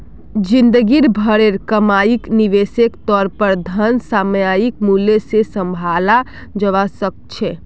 जिंदगी भरेर कमाईक निवेशेर तौर पर धन सामयिक मूल्य से सम्भालाल जवा सक छे